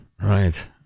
Right